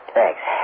Thanks